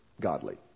godly